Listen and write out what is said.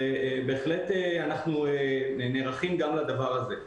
בהחלט אנחנו נערכים גם לדבר הזה.